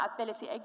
ability